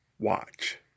Watch